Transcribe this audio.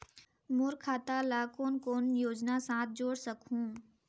मोर खाता ला कौन कौन योजना साथ जोड़ सकहुं?